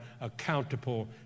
accountable